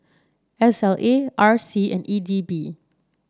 S L A R C and E D B